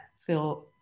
feel